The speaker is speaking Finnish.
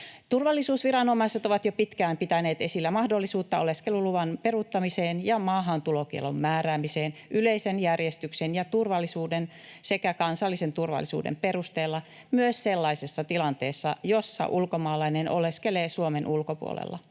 Turvallisuusviranomaiset ovat jo pitkään pitäneet esillä mahdollisuutta oleskeluluvan peruuttamiseen ja maahantulokiellon määräämiseen yleisen järjestyksen ja turvallisuuden sekä kansallisen turvallisuuden perusteella myös sellaisessa tilanteessa, jossa ulkomaalainen oleskelee Suomen ulkopuolella.